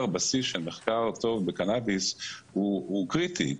בסיס של מחקר טוב בקנאביס הוא קריטי,